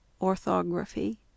Orthography